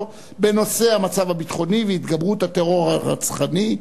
בנושא: המצב הביטחוני והתגברות הטרור הרצחני.